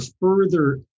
further